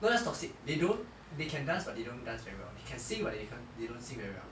not just toxic they don't they can dance but they don't dance very well they can sing but they can't they don't sing very well